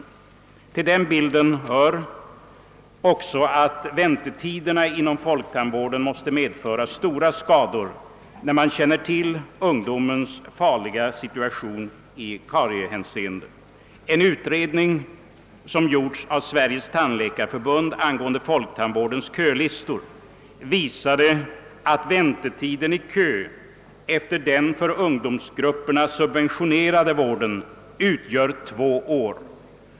Till den bilden hör också att väntetiderna inom folktandvården med hänsyn till ungdomens farliga situation i karieshänseende måste leda till att stora skador uppstår. En utredning som gjorts av Sveriges tandläkarförbund angående folktandvårdens kölistor visar att väntetiden i kön efter den för ungdomsgrupperna subventionerade vården utgör två år.